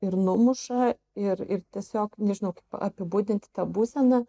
ir numuša ir ir tiesiog nežinau kaip apibūdinti tą būseną